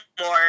more